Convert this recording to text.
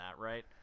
right